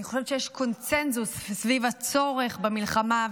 אני חושבת שיש קונסנזוס סביב הצורך במלחמה,